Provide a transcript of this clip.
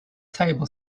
table